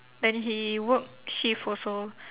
then he work shift also